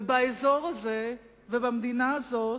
ובאזור הזה, ובמדינה הזאת,